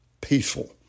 peaceful